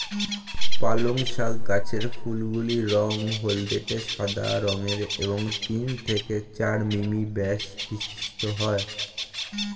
পালং শাক গাছের ফুলগুলি রঙ হলদেটে সাদা রঙের এবং তিন থেকে চার মিমি ব্যাস বিশিষ্ট হয়